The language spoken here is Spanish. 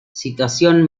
situación